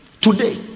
Today